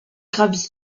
gravi